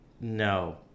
No